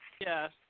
Yes